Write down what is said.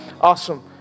Awesome